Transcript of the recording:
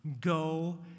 Go